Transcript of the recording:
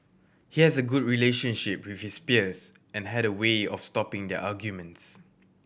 he has a good relationship with his peers and had a way of stopping their arguments